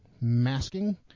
Masking